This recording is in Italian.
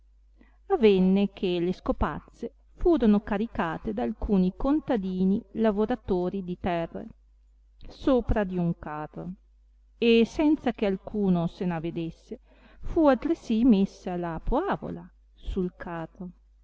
avenne che le scopazze furono caricate da alcuni contadini lavoratori di terre sopra di un carro e senza che alcuno se n avedesse fu altresì messa la poavola sul carro